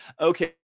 Okay